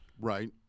Right